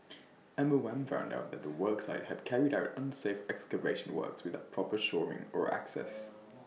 M O M found out that the work site had carried out unsafe excavation works without proper shoring or access